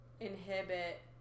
inhibit